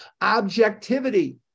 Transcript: objectivity